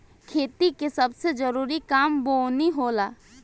खेती के सबसे जरूरी काम बोअनी होला